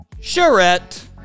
Charette